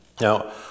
Now